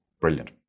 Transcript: brilliant